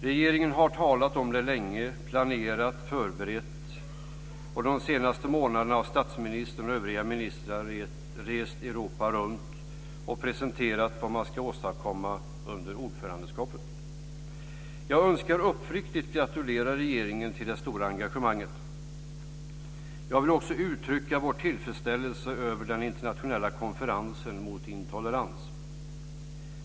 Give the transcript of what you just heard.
Regeringen har talat om det länge, planerat, förberett, och de senaste månaderna har statsministern och övriga ministrar rest Europa runt och presenterat vad man ska åstadkomma under ordförandeskapet. Jag önskar uppriktigt gratulera regeringen till det stora engagemanget. Jag vill också uttrycka vår tillfredsställelse över den internationella konferensen mot intolerans.